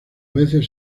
veces